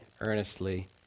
earnestly